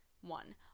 one